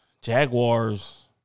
Jaguars